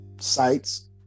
sites